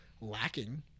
lacking